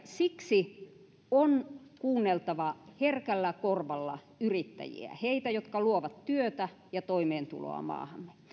siksi on kuunneltava herkällä korvalla yrittäjiä heitä jotka luovat työtä ja toimeentuloa maahamme